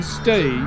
stay